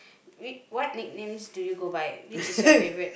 we what nicknames do you go by which is your favourite